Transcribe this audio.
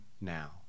now